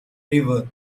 river